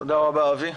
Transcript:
תודה רבה, אבי.